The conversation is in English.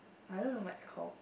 I don't know what it's called